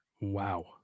Wow